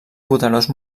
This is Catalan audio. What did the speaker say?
poderós